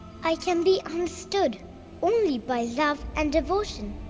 i can be understood only by love and devotion.